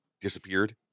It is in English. disappeared